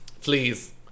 Please